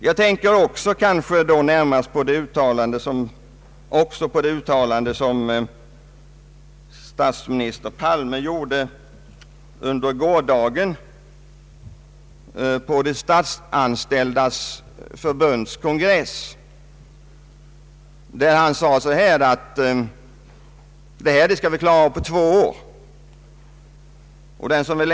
Jag tänker också på det uttalande som statsminister Palme gjorde i går på de statsanställdas förbunds kongress. Han sade att vi skall åstadkomma jämlikhet mellan arbetare och tjänstemän i olika avseenden inom två år.